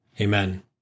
Amen